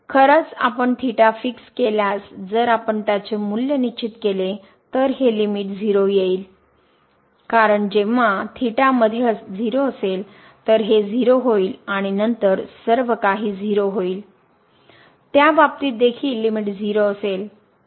खरंच आपण फिक्स केल्यास जर आपण त्याचे मूल्य निश्चित केले तर हे लिमिट 0 येईल कारण जेंव्हा मध्ये 0असेल तर हे 0 होईल आणि नंतर सर्व काही 0 होईल त्या बाबतीत देखील लिमिट 0 असेल